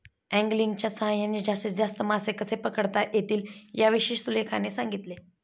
अँगलिंगच्या सहाय्याने जास्तीत जास्त मासे कसे पकडता येतील याविषयी सुलेखाने सांगितले